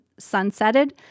sunsetted